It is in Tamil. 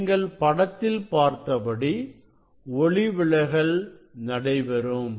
நீங்கள் படத்தில் பார்த்தபடி ஒளிவிலகல் நடைபெறும்